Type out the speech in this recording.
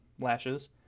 lashes